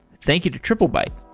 thank you to triplebyte